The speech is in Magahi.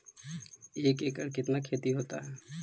एक एकड़ कितना खेति होता है?